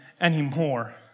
anymore